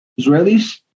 Israelis